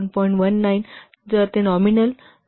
19 जर ते नॉमिनल 1